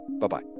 Bye-bye